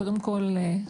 קודם כול,